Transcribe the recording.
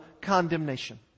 condemnation